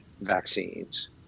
vaccines